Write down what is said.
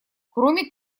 кроме